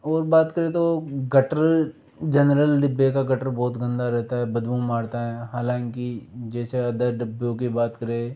और बात करें तो गटर जनरल डिब्बे का गटर बहुत गंदा रहता है बदबू मारता है हालांकि जैसे अदर डब्बों की बात करें